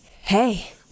hey